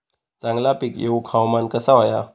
चांगला पीक येऊक हवामान कसा होया?